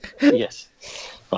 Yes